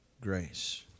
grace